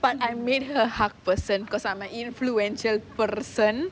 but I made her hug person because I am a influential person